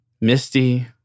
Misty